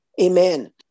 Amen